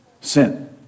sin